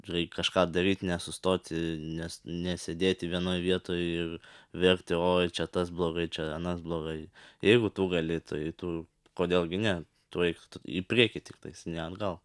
reik kažką daryt nesustoti nes nesėdėti vienoj vietoj ir verkti oi čia tas blogai čia anas blogai jeigu tu gali tai tu kodėl gi ne tu eik į priekį tiktais ne atgal